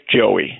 Joey